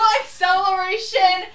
acceleration